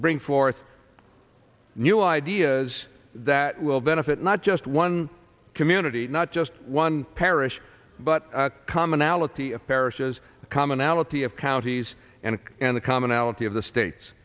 bring forth new ideas that will benefit not just one community not just one parish but commonality of parishes the commonality of counties and and the commonality of the states